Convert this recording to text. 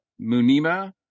Munima